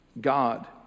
God